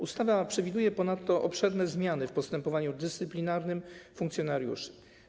Ustawa przewiduje ponadto obszerne zmiany w postępowaniu dyscyplinarnym funkcjonariuszy.